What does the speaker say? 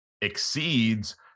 exceeds